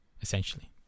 essentially